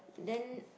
then